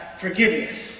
forgiveness